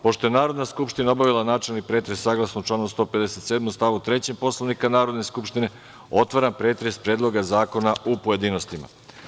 Pošto je Narodna skupština obavila načelni pretres, saglasno članu 157. stavu 3. Poslanika Narodne skupštine, otvaram pretres Predloga zakona u pojedinostima.